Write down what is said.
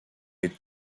est